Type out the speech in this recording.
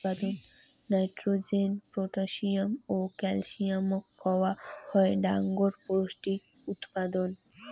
nitrogen, potassium ও ক্যালসিয়ামক কওয়া হই ডাঙর পৌষ্টিক উপাদান